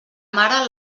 mare